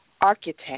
architect